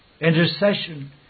intercession